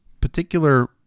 particular